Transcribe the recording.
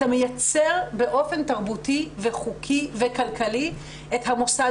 אתה מייצר באופן תרבותי וחוקי וכלכלי את המוסד